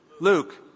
Luke